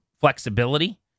flexibility